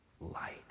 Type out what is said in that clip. light